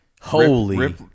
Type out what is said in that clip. Holy